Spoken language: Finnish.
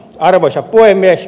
arvoisa puhemies